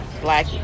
Black